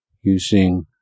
using